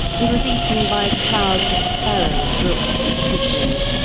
and was eaten by clouds of sparrows, rooks, and pigeons,